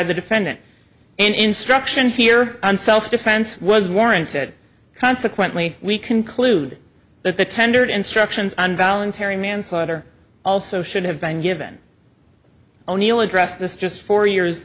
the defendant in instruction here and self defense was warranted consequently we conclude that the tendered instructions on voluntary manslaughter also should have been given o'neill addressed this just four years